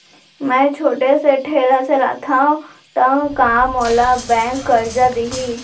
मैं छोटे से ठेला चलाथव त का मोला बैंक करजा दिही?